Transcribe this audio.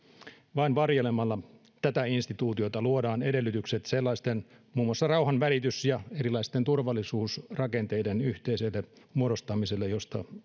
vain varjelemalla tätä instituutiota luodaan edellytykset muun muassa sellaisten rauhanvälitys ja erilaisten turvallisuusrakenteiden yhteiselle muodostamiselle josta